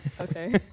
okay